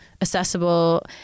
accessible